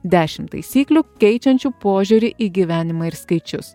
dešim taisyklių keičiančių požiūrį į gyvenimą ir skaičius